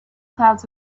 clouds